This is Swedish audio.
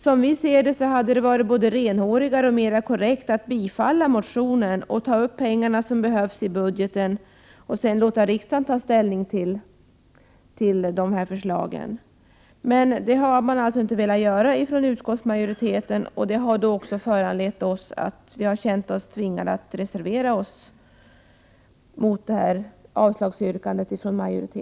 Som vi ser det hade det varit både renhårigare och mera korrekt att bifalla motionen och ta upp de pengar som behövs i budgeten och låta riksdagen sedan ta ställning till förslagen. Det har man alltså inte velat göra från utskottsmajoriteten, vilket har gjort att vi har känt oss tvingade att reservera oss mot majoritetens avslagsyrkande.